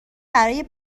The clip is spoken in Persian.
برای